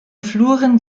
fluren